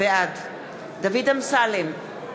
בעד דוד אמסלם,